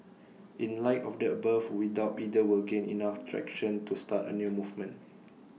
in light of the above we doubt either will gain enough traction to start A new movement